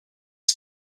his